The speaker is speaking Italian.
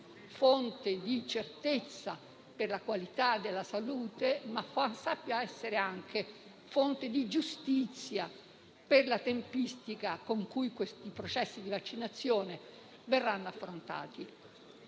fonte di certezza per la qualità della salute, ma anche fonte di giustizia per la tempistica con cui questi processi di vaccinazione verranno affrontati.